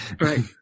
Right